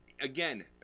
Again